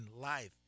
life